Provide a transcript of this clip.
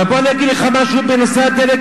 אבל בוא אני אגיד לך משהו גם בנושא הדלק.